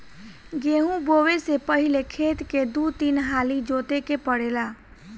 गेंहू बोऐ से पहिले खेत के दू तीन हाली जोते के पड़ेला